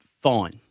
fine